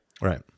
Right